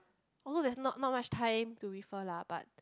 although there's not not much time to refer lah but